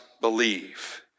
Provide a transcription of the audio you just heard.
believe